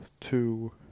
two